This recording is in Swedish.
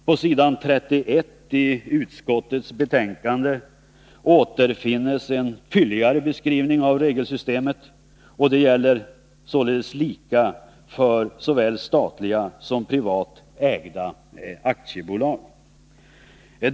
På s. 31 i utskottets betänkande återfinns en fylligare beskrivning av regelsystemet, och det gäller således lika för såväl statliga som privat ägda aktiebolag.